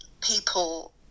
people